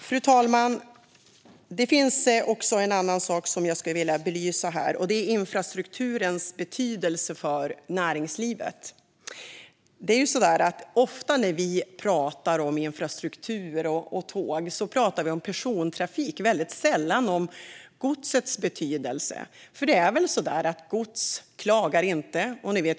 Fru talman! Det finns en annan sak som jag skulle vilja belysa här, och det är infrastrukturens betydelse för näringslivet. Ofta när vi pratar om infrastruktur och tåg pratar vi om persontrafik och väldigt sällan om godsets betydelse, för det är väl så att gods inte klagar.